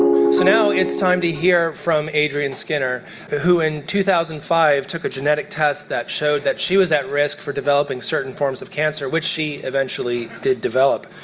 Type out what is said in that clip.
so you know it's time to hear from adrienne skinner who in two thousand and five took a genetic test that showed that she was at risk for developing certain forms of cancer which she eventually did develop.